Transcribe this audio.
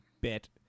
bit